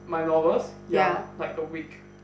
my novels ya like a week